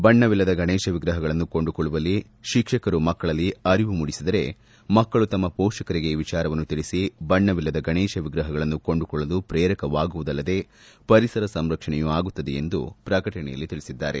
ಬಣ್ಣವಿಲ್ಲದ ಗಣೇಶ ವಿಗ್ರಹಗಳನ್ನು ಕೊಂಡುಕೊಳ್ಳುವಂತೆ ಶಿಕ್ಷಕರು ಮಕ್ಕಳಲ್ಲಿ ಅರಿವು ಮೂಡಿಸಿದರೆ ಮಕ್ಕಳು ತಮ್ನ ಪೋಷಕರಿಗೆ ಈ ವಿಚಾರವನ್ನು ತಿಳಿಸಿ ಬಣ್ಣವಿಲ್ಲದ ಗಣೇಶ ಎಗ್ರಹಗಳನ್ನು ಕೊಂಡುಕೊಳ್ಳಲು ಶ್ರೇರಕವಾಗುವುದಲ್ಲದೇ ಪರಿಸರ ಸಂರಕ್ಷಣೆಯೂ ಆಗುತ್ತದೆ ಎಂದು ಪ್ರಕಟಣೆಯಲ್ಲ ತಿಳಿಸಿದ್ದಾರೆ